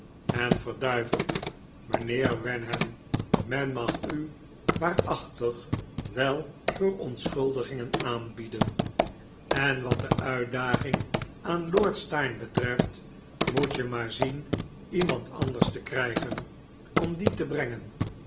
en verduiveld mijnheer wenham men mag u waarachtig wel verontschuldigingen aanbieden en wat de uitdaging aan lord steyne betreft moet je maar zien iemand anders te krijgen om die te brengen